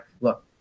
Look